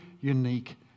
unique